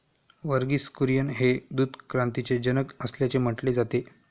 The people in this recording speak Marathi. वर्गीस कुरियन हे दूध क्रांतीचे जनक असल्याचे म्हटले जाते